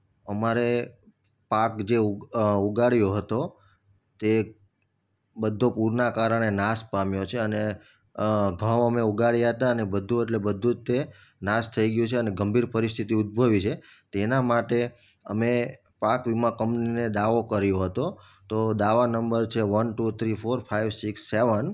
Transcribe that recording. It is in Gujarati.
અમારે પાક જે ઉગાડ્યો હતો તે બધો પૂરનાં કારણે નાશ પામ્યો છે અને ઘઉં અમે ઉગાડ્યાં હતાં અને બધું એટલે બધું જ તે નાશ થઈ ગયું છે અને ગંભીર પરિસ્થિતિ ઉદ્ભવી છે તેના માટે અમે પાક વીમા કંપનીને દાવો કર્યો હતો તો દાવા નંબર છે one two three four five six સેવન